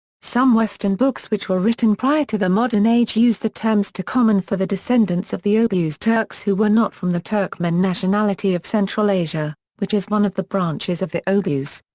some western books which were written prior to the modern age use the terms turcoman for the descendants of the oghuz turks who were not from the turkmen nationality of central asia, which is one of the branches of the oghuz.